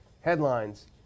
headlines